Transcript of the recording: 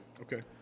Okay